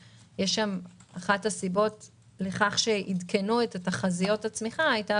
אחת הסיבות לכך שעדכנו את תחזיות הצמיחה הייתה